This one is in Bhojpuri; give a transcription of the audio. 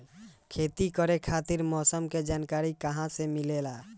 खेती करे खातिर मौसम के जानकारी कहाँसे मिलेला?